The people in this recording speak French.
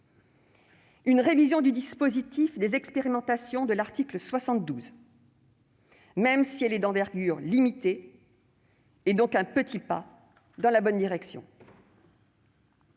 Une révision du dispositif des expérimentations de l'article 72 de la Constitution, même d'envergure limitée, est un petit pas dans la bonne direction.